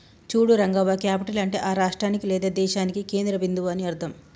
చూడు రంగవ్వ క్యాపిటల్ అంటే ఆ రాష్ట్రానికి లేదా దేశానికి కేంద్ర బిందువు అని అర్థం